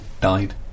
died